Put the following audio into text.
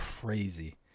crazy